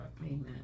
Amen